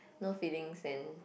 no feeling then